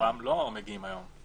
רובם לא מגיעים היום.